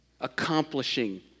Accomplishing